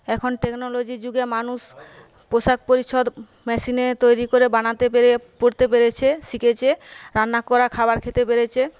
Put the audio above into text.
এখন টেকনোলজির যুগে মানুষ পোশাক পরিচ্ছদ মেশিনে তৈরি করে বানাতে পেরে পরতে পেরেছে শিখেছে রান্না করা খাবার খেতে পেরেছে